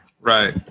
Right